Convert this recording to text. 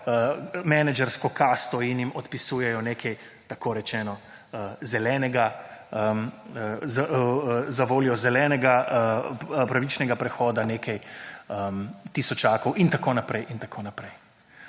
menedžersko kasto in jim odpisujejo nekaj tako rečeno za voljo zelenega pravičnega prehoda nekaj tisočakov in tako naprej in tako naprej.